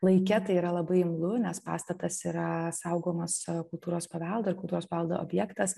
laike tai yra labai imlu nes pastatas yra saugomas kultūros paveldo ir kultūros paveldo objektas